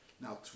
Now